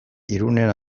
irunen